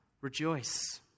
rejoice